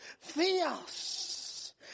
Theos